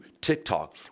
TikTok